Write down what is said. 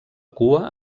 cua